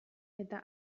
eta